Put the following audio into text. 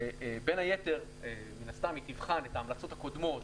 ובין היתר, מן הסתם היא תבחן את ההמלצות הקודמות